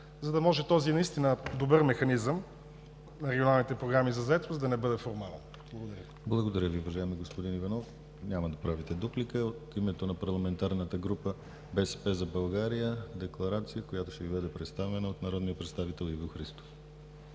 за да може този наистина добър механизъм на регионалните програми за заетост да не бъде формален. ПРЕДСЕДАТЕЛ ДИМИТЪР ГЛАВЧЕВ: Благодаря Ви, уважаеми господин Иванов. Няма да правите дуплика. От името на парламентарната група „БСП за България“ – декларация, която ще Ви бъде представена от народния представител Иво Христов.